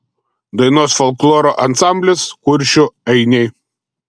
dainuos folkloro ansamblis kuršių ainiai